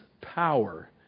power